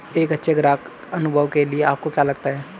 एक अच्छे ग्राहक अनुभव के लिए आपको क्या लगता है?